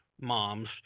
Moms